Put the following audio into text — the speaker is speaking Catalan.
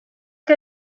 que